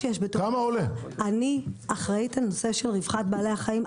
אני אחראית על נושא רווחת בעלי החיים,